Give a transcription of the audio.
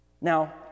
Now